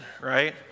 right